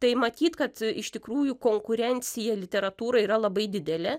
tai matyt kad iš tikrųjų konkurencija literatūrai yra labai didelė